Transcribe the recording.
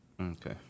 Okay